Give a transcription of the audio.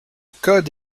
code